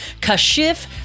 Kashif